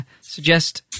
suggest